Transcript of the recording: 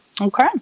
Okay